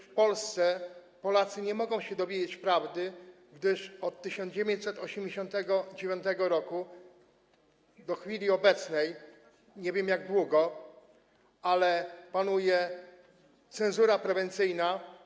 W Polsce Polacy nie mogą się dowiedzieć prawdy, gdyż od 1989 r. do chwili obecnej, nie wiem jak długo, panuje cenzura prewencyjna.